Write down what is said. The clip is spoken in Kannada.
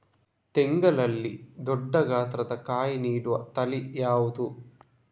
ತೆಂಗಲ್ಲಿ ದೊಡ್ಡ ಗಾತ್ರದ ಕಾಯಿ ನೀಡುವ ತಳಿ ಯಾವುದು?